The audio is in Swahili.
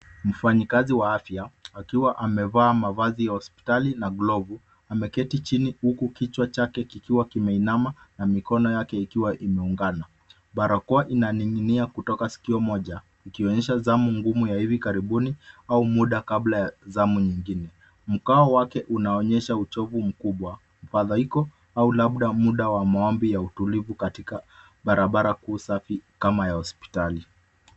Mfanyikazi wa afya akiwa amevaa mavazi ya hospitali na glovu, ameketi chini huku kichwa chake kikiwa kimeinama na mikono yake ikiwa imeungana barakoa inaninginia kutoka sikio moja kuonyesha zamu ngumu ya hivi karibuni au mda kabla ya zamu nyingine mkao wake unaonyesha uchovu mkubwa mfadhaiko au labda mda wa maombi ya utulivu katika barabara kuu safi kama ya hospitali